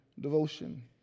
devotion